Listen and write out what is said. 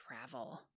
travel